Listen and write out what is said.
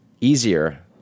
easier